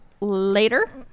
later